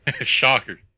shocker